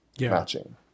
matching